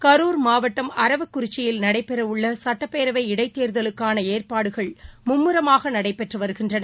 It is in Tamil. கரூர் மாவட்டம் அரவக்குறிச்சியில் நடைபெறவுள்ளசட்டப்பேரவை கோவைமாவட்டம் இடைத்தேர்தலுக்கானஏற்பாடுகள் மும்முரமாகநடைபெற்றுவருகின்றன